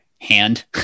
hand